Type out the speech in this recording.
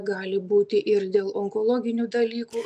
gali būti ir dėl onkologinių dalykų